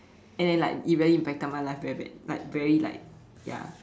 and like it really impacted my life very badly like very like ya